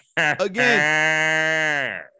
Again